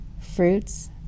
fruits